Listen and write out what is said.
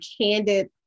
candid